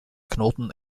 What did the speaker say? knoten